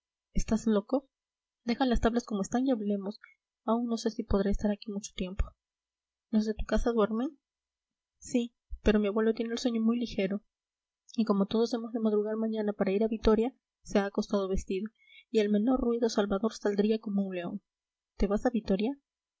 estás loco deja las tablas como están y hablemos aún no sé si podré estar aquí mucho tiempo los de tu casa duermen sí pero mi abuelo tiene el sueño muy ligero y como todos hemos de madrugar mañana para ir a vitoria se ha acostado vestido y al menor ruido salvador saldría como un león te vas a vitoria